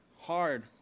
hard